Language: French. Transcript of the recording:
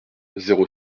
zéro